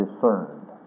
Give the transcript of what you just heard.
discerned